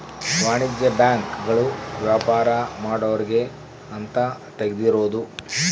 ವಾಣಿಜ್ಯ ಬ್ಯಾಂಕ್ ಗಳು ವ್ಯಾಪಾರ ಮಾಡೊರ್ಗೆ ಅಂತ ತೆಗ್ದಿರೋದು